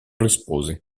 rispose